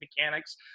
mechanics